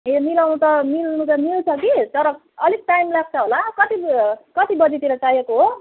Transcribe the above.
ए मिलाउनु त मिल्नु त मिल्छ कि तर अलिक टाइम लाग्छ होला कति कति बजीतिर चाहिएको हो